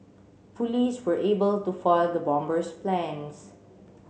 police were able to foil the bomber's plans